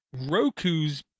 Roku's